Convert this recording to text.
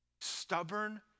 Stubborn